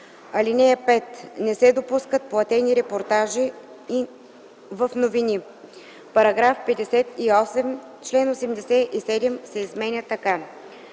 (5) Не се допускат платени репортажи в новини.” „§ 58. Член 87 се изменя така: